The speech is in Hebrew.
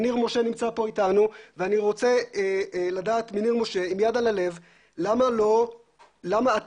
ניר משה נמצא פה אתנו ואני רוצה לדעת מניר משה עם יד על הלב למה אתה